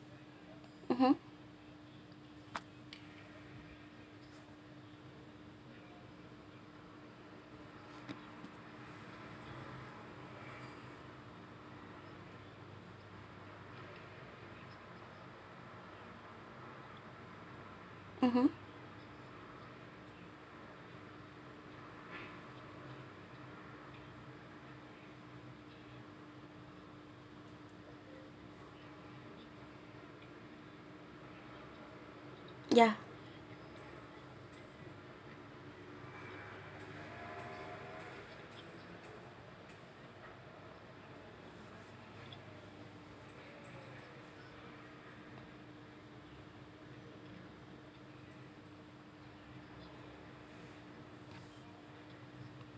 mmhmm mmhmm ya